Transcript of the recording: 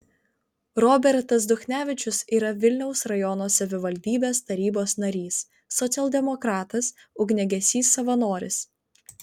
robertas duchnevičius yra vilniaus rajono savivaldybės tarybos narys socialdemokratas ugniagesys savanoris